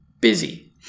busy